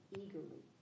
eagerly